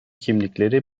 kimlikleri